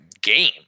game